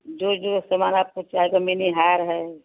जो जो सामान आपको चाहेगा मिनी हार है